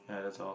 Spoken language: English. yah that's all